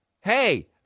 Hey